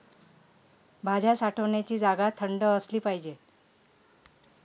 भाज्या साठवण्याची जागा थंड असली पाहिजे